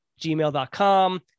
gmail.com